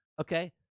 Okay